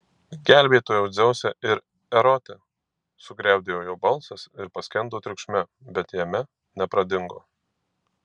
gelbėtojau dzeuse ir erote sugriaudėjo jo balsas ir paskendo triukšme bet jame nepradingo